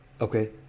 Okay